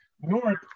north